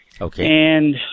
okay